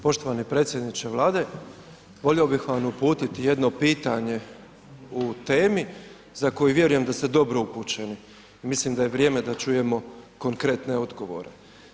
Poštovani predsjedniče Vlade, volio bih vam uputiti jedno pitanje u temi za koju vjerujem da ste dobro upućeni i mislim da je vrijeme da čujemo konkretne odgovore.